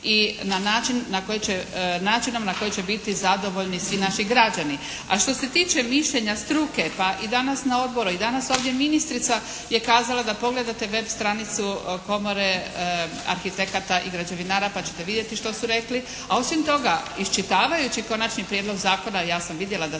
i na načinom na koji će biti zadovoljni svi naši građani. A što se tiče mišljenja struke, pa i danas na odboru, i danas ovdje ministrica je kazala da pogledate web stranicu Komore arhitekata i građevinara pa ćete vidjeti što su rekli, a osim toga iščitavajući Konačni prijedlog zakona ja sam vidjela da